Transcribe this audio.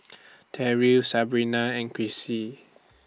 Terrill Sabina and Krissy